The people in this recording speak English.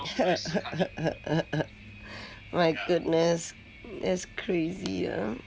my goodness that's crazy ah